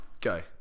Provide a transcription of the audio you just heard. Go